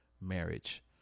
marriage